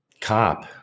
cop